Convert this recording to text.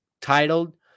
titled